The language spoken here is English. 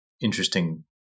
interesting